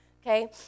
Okay